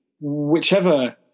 whichever